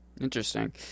Interesting